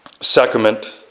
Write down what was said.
sacrament